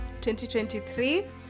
2023